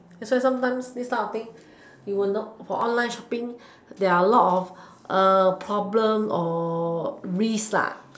that's why sometimes this kind of things you will know for online shopping there are a lot of problems or risks